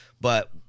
but-